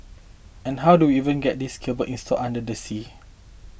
and how do we even get these cable installed under the sea